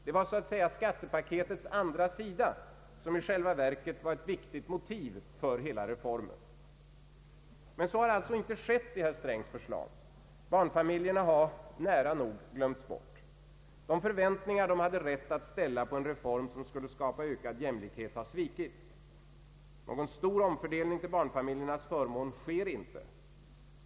Det var så att säga skattepaketets andra sida, som i själva verket var ett viktigt motiv för hela reformen. Men så har alltså inte skett i herr Strängs förslag. Barnfamiljerna hade nära nog glömts bort. De förväntningar som de hade rätt att ställa på en reform som skulle skapa ökad jämlikhet har svikits. Någon stor omfördelning till barnafamiljernas förmån sker inte.